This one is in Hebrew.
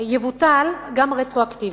יבוטל גם רטרואקטיבית,